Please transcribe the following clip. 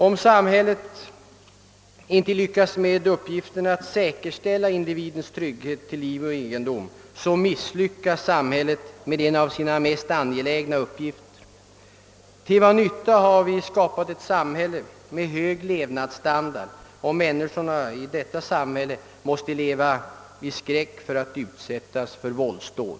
Om samhället inte lyckas med uppgiften att säkerställa individens trygghet till liv och egendom, så misslyckas samhället med en av sina mest angelägna uppgifter. Och till vad nytta har vi skapat ett samhälle med hög levnadsstandard, om människorna i detta samhälle måste leva i skräck för att utsättas för våldsdåd?